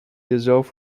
jezelf